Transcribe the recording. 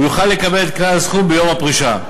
הוא יוכל לקבל את כלל הסכום ביום הפרישה.